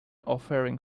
offering